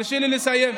הרשי לי לסיים.